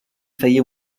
feia